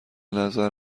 نظر